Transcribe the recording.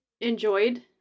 enjoyed